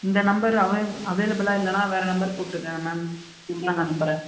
இந்த நம்பர் அவை அவைலபிளாக இல்லைன்னா வேறு நம்பர் கூப்பிடுங்க மேம் இன்னொன்று நம்பரை